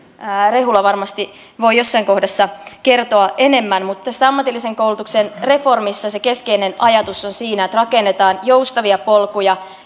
rehula varmasti voi jossain kohdassa kertoa enemmän mutta sitten ammatillisen koulutuksen reformissa se keskeinen ajatus on siinä että rakennetaan joustavia polkuja